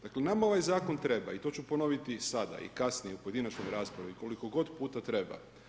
Dakle, nama ovaj zakon treba i to ću ponoviti i sada i kasnije i pojedinačnoj raspravi i koliko god puta treba.